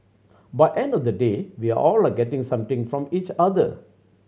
by end of the day we're all are getting something from each other